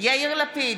יאיר לפיד,